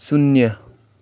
शून्य